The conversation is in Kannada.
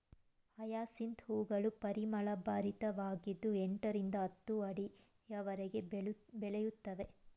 ಹಯಸಿಂತ್ ಹೂಗಳು ಪರಿಮಳಭರಿತವಾಗಿದ್ದು ಎಂಟರಿಂದ ಹತ್ತು ಅಡಿಯವರೆಗೆ ಬೆಳೆಯುತ್ತವೆ